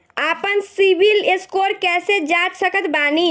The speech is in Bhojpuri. आपन सीबील स्कोर कैसे जांच सकत बानी?